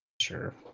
Sure